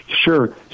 Sure